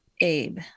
Abe